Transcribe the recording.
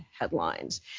headlines